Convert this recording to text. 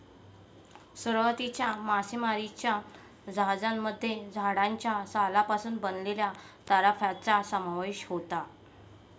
सुरुवातीच्या मासेमारीच्या जहाजांमध्ये झाडाच्या सालापासून बनवलेल्या तराफ्यांचा समावेश होता